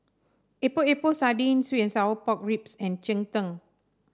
Epok Epok Sardin sweet and Sour Pork Ribs and Cheng Tng